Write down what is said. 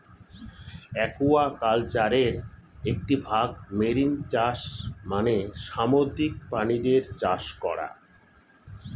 অ্যাকুয়াকালচারের একটি ভাগ মেরিন চাষ মানে সামুদ্রিক প্রাণীদের চাষ করা